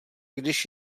když